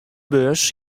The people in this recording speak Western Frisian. beurs